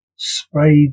Sprayed